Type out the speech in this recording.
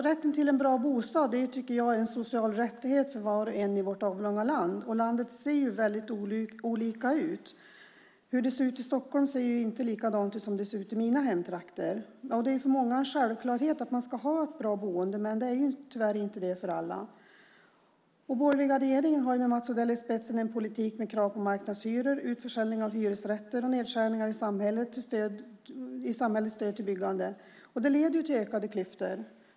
Herr talman! En bra bostad är en social rättighet för var och en i vårt avlånga land. Landet ser olika ut. Hur det ser ut i Stockholm är inte likadant som i mina hemtrakter. För många, men tyvärr inte alla, är det en självklarhet att man ska ha ett bra boende. Den borgerliga regeringen, med Mats Odell i spetsen, för en politik med krav på marknadshyror, utförsäljning av hyresrätter och nedskärningar i samhällets stöd till byggande. Det leder till ökade klyftor.